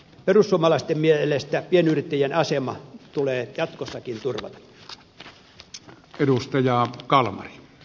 perussuomalaisten mielestä pienyrittäjien asema tulee jatkossakin turvata